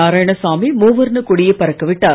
நாராயணசாமி மூவர்ண கொடியை பறக்க விட்டார்